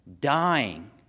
dying